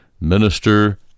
minister